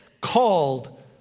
called